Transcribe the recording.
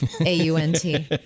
A-U-N-T